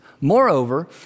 moreover